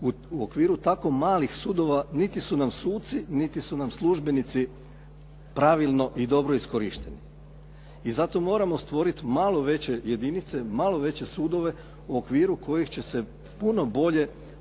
u okviru tako malih sudova niti su nam suci, niti su nam službenici pravilno i dobro iskorišteni. I zato moramo stvoriti malo veće jedinice, malo veće sudove u okviru kojih će se puno bolje